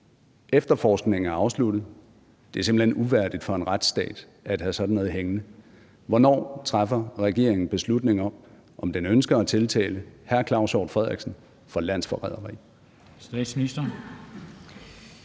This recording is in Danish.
Efterforskningen er afsluttet. Det er simpelt hen uværdigt for en retsstat at have sådan noget hængende. Hvornår træffer regeringen beslutning om, om den ønsker at tiltale hr. Claus Hjort Frederiksen for landsforræderi?